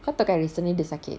kau tahu kan recently dia sakit